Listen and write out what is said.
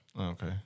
Okay